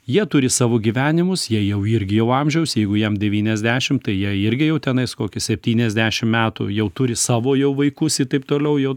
jie turi savo gyvenimus jie jau irgi jau amžiaus jeigu jam devyniasdešimt tai jie irgi jau tenais kokį septyniasdešim metų jau turi savo jau vaikus ir taip toliau jau